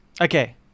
Okay